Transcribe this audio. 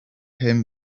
him